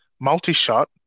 multi-shot